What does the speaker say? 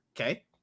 Okay